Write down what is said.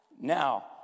now